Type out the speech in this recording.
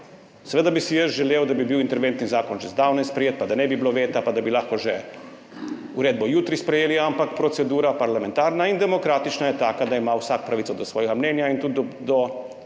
Seveda bi si jaz želel, da bi bil interventni zakon že zdavnaj sprejet pa da ne bi bilo veta pa da bi lahko uredbo že jutri sprejeli, ampak procedura, parlamentarna in demokratična, je taka, da ima vsak pravico do svojega mnenja in tudi do